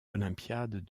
olympiades